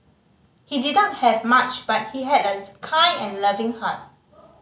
he didn't have much but he had a kind and loving heart